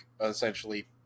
essentially